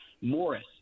Morris